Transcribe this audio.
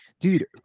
dude